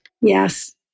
yes